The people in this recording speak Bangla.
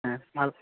হ্যাঁ ভালো